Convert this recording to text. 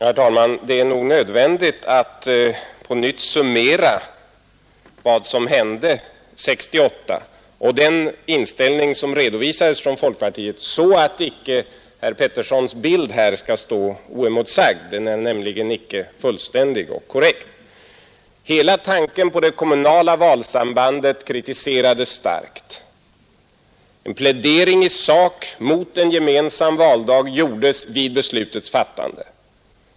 Herr talman! Det är nog nödvändigt att på nytt summera vad som hände 1968 och den inställning som redovisades från folkpartiet, så att icke herr Petterssons bild här skall stå oemotsagd. Den är nämligen icke fullständig och korrekt. Hela tanken på det kommunala valsambandet kritiserades starkt. En plädering i sak mot en gemensam valdag gjordes vid beslutets fattande.